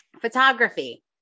photography